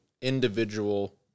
individual